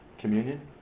Communion